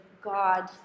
God